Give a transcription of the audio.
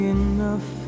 enough